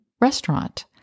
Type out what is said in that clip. restaurant